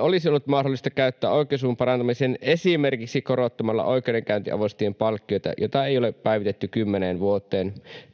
olisi ollut mahdollista käyttää oikeusavun parantamiseen esimerkiksi korottamalla oikeudenkäyntiavustajien palkkioita, joita ei ole päivitetty kymmeneen